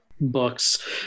books